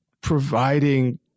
providing